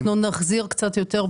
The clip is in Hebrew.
אנחנו נחזיר קצת יותר,